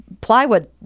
plywood